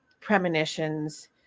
premonitions